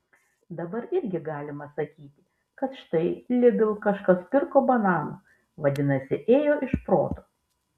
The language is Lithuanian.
dabar irgi galima sakyti kad štai lidl kažkas pirko bananų vadinasi ėjo iš proto